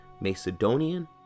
Macedonian